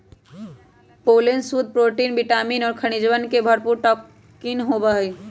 pollen शुद्ध protein vitamin और खनिजवन से भरपूर टॉनिक होबा हई